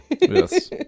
Yes